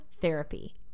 therapy